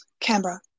Canberra